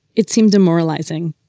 it seemed demoralizing,